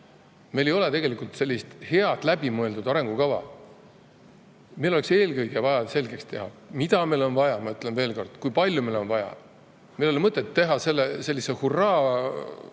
ei ole tegelikult head läbimõeldud arengukava. Meil oleks eelkõige vaja selgeks teha, mida meil on vaja, ma ütlen veel kord, ja kui palju meil on vaja. Meil ei ole mõtet teha sellise hurraaga,